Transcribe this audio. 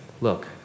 Look